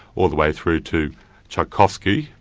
all the way through to tchaikovsky,